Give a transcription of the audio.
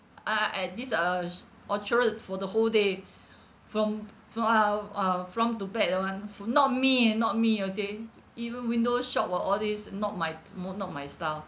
a'ah at this uh orchard road for the whole day from from uh uh from to back that [one] f~ not me eh not me you see even window shop or all these not my mode my not my style